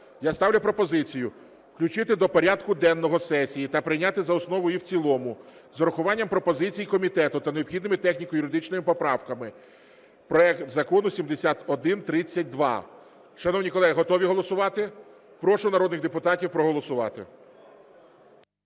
Я ставлю пропозицію включити до порядку денного сесії та прийняти за основу і в цілому з урахуванням пропозицій комітету та необхідними техніко-юридичними поправками проект Закону 7132. Шановні колеги, готові голосувати? Прошу народних депутатів проголосувати.